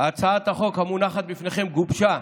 הצעת החוק המונחת לפניכם גובשה